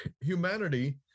humanity